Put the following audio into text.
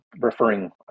referring